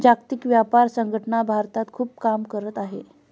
जागतिक व्यापार संघटना भारतात खूप काम करत आहे